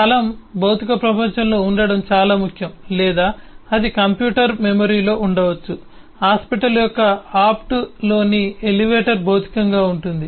స్థలం భౌతిక ప్రపంచంలో ఉండడం చాలా ముఖ్యం లేదా అది కంప్యూటర్ మెమరీలో ఉండవచ్చు హాస్పిటల్ యొక్క ఆప్డ్లోని ఎలివేటర్ భౌతికంగా ఉంది